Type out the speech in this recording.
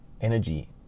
energy